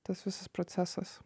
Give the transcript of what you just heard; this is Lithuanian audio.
tas visas procesas